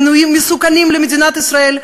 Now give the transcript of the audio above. מינויים מסוכנים למדינת ישראל.